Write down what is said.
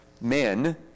men